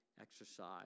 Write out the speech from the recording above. exercise